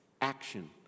action